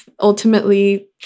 ultimately